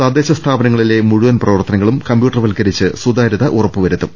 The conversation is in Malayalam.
തദ്ദേശ സ്ഥാപനങ്ങളിലെ മുഴുവൻ പ്രവർത്തനങ്ങളും കമ്പ്യൂട്ടർവൽക്കരിച്ച് സുതാര്യത ഉറപ്പു വരുത്തും